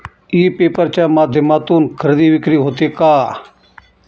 E paper च्या माध्यमातून खरेदी विक्री होते का?